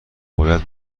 باید